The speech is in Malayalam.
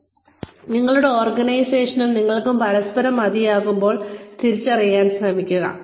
അതിനാൽ നിങ്ങളുടെ ഓർഗനൈസേഷനും നിങ്ങൾക്കും പരസ്പരം മതിയാകുമ്പോൾ തിരിച്ചറിയാൻ ശ്രമിക്കുക